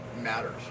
matters